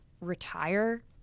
retire